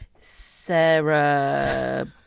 Sarah